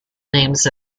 names